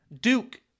Duke